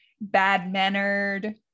bad-mannered